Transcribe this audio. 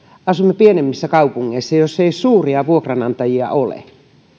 asumme pienemmissä kaupungeissa joissa ei suuria vuokranantajia ole